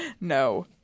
No